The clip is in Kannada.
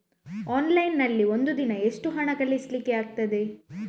ಆನ್ಲೈನ್ ನಲ್ಲಿ ಒಂದು ದಿನ ಎಷ್ಟು ಹಣ ಕಳಿಸ್ಲಿಕ್ಕೆ ಆಗ್ತದೆ?